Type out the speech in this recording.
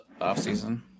offseason